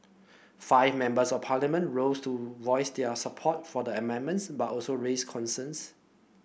five Members of Parliament rose to voice their support for the amendments but also raised concerns